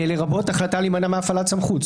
לרבות החלטה להימנע מהפעלת סמכות.